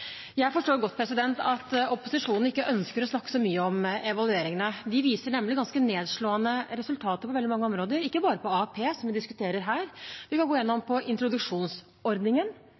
Jeg forstår godt at opposisjonen ikke ønsker å snakke så mye om evalueringene. De viser nemlig ganske nedslående resultater på veldig mange områder, ikke bare på AAP-området, som vi diskuterer her. Vi kan gå inn på introduksjonsordningen,